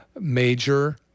major